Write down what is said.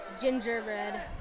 Gingerbread